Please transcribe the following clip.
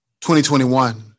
2021